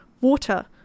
Water